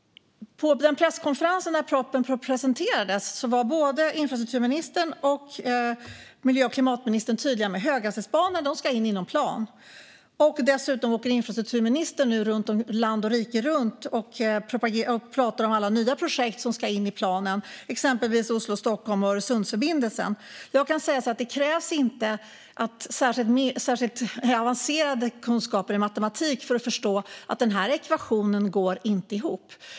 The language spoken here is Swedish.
På presskonferensen när propositionen presenterades var både infrastrukturministern och miljö och klimatministern tydliga med att höghastighetsbanorna ska in inom plan. Dessutom åker infrastrukturministern nu land och rike runt och pratar om alla nya projekt som ska in i planen, exempelvis Oslo-Stockholm och Öresundsförbindelsen. Jag kan säga att det inte krävs särskilt avancerade kunskaper i matematik för att förstå att denna ekvation inte går ihop.